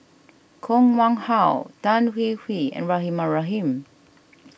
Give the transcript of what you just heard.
Koh Nguang How Tan Hwee Hwee and Rahimah Rahim